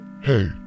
Hey